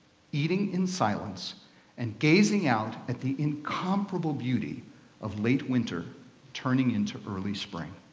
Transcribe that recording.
eating in silence and gazing out at the incomparable beauty of late winter turning into early spring.